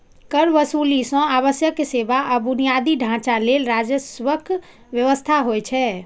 कर वसूली सं आवश्यक सेवा आ बुनियादी ढांचा लेल राजस्वक व्यवस्था होइ छै